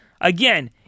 Again